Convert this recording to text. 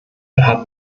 hat